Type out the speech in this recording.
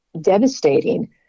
devastating